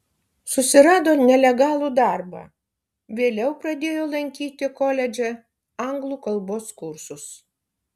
susirado nelegalų darbą vėliau pradėjo lankyti koledže anglų kalbos kursus